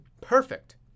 Perfect